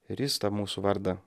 ir jis tą mūsų vardą